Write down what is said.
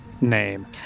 name